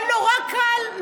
אבל נורא קל,